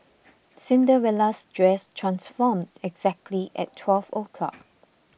Cinderella's dress transformed exactly at twelve o'clock